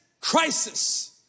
crisis